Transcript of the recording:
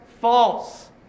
false